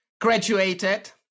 graduated